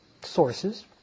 sources